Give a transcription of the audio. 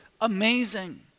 amazing